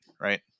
right